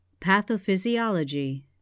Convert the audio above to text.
Pathophysiology